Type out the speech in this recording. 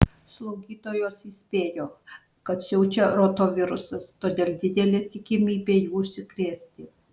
slaugytojos įspėjo kad siaučia rotavirusas todėl didelė tikimybė juo užsikrėsti